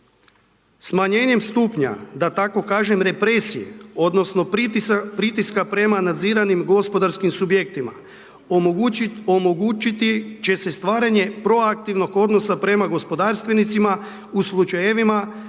Smanjenjem stupnja da tako kažem represije, odnosno pritiska prema nadziranim gospodarskim subjektima omogućiti će se stvaranje proaktivnog odnosa prema gospodarstvenicima u slučajevima